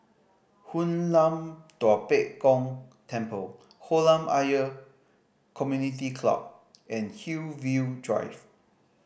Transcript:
Hoon Lam Tua Pek Kong Temple Kolam Ayer Community Club and Hillview Drive